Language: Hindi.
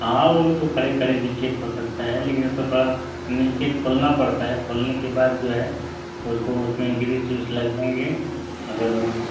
हाँ वह तो खड़े खड़े भी चेक हो सकता है लेकिन उसकाे थोड़ा नीचे खोलना पड़ता है खोलने के बाद जो है उसको उसमें ग्रीस व्रीस लगाएँगे अगर